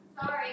Sorry